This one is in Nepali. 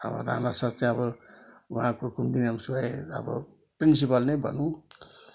अब राना सर चाहिँ अब वहाँको कुमुदिनी होम्सको अब प्रिन्सिपल नै भनौँ